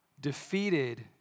defeated